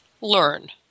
Learn